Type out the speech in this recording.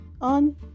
on